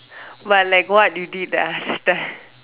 but like what you did last time